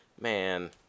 Man